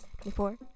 twenty-four